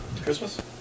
Christmas